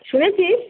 শুনেছিস